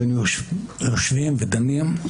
והיינו יושבים ודנים.